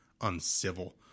uncivil